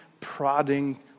prodding